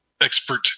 expert